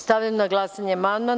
Stavljam na glasanje ovaj amandman.